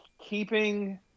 keeping